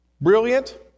brilliant